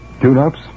tune-ups